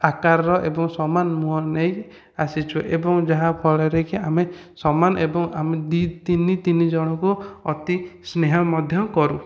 ଆକାରର ଏବଂ ସମାନ ମୁହଁ ନେଇ ଆସିଛୁ ଏବଂ ଯାହାଫଳରେ କି ଆମେ ସମାନ ଏବଂ ଆମେ ଦି ତିନି ତିନିଜଣଙ୍କୁ ଅତି ସ୍ନେହ ମଧ୍ୟ କରୁ